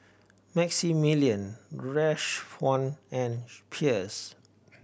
Maximilian Rashawn and Pierce